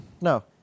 No